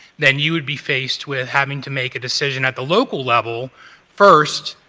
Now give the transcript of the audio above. then you would be faced with having to make a decision at the local level first.